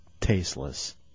tasteless